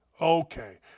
Okay